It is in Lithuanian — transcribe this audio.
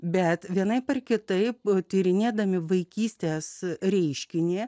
bet vienaip ar kitaip tyrinėdami vaikystės reiškinyje